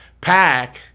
pack